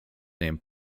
named